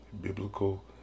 Biblical